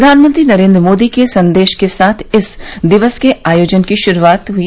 प्रधानमंत्री नरेंद्र मोदी के संदेश के साथ इस दिवस के आयोजन की श्रूआत हई